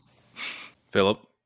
Philip